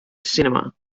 cinema